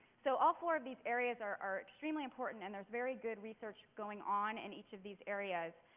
so all four of these areas are extremely important and there's very good research going on in each of these areas.